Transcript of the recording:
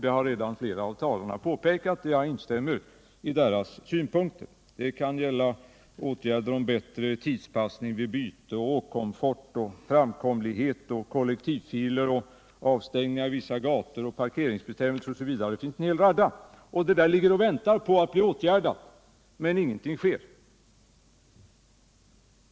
Detta har redan flera av talarna påpekat, och jag instämmer i deras synpunkter. Det kan gälla sådana åtgärder som bättre tidpassning vid byten, åkkomfort, framkomlighet, kollektivfiler, avstängning av vissa gator, parkeringsbestämmelser—det finns en hel radda saker som ligger och väntar på att bli åtgärdade, men ingenting sker.